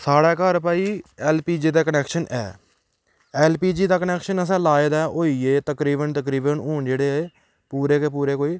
साढ़ै घर भाई ऐल पी जी दा कनैक्शन ऐ ऐल पी जी दा कनैक्शन असें लाए दा होई गे तकरीबन तकरीबन हून जेह्ड़े पूरे गै पूरे कोई